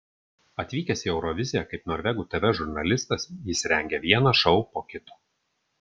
atvykęs į euroviziją kaip norvegų tv žurnalistas jis rengia vieną šou po kito